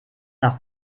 nach